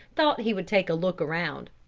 thought he would take a look around.